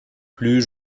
plus